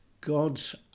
God's